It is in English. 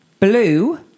Blue